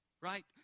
right